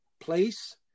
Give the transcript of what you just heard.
place